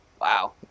Wow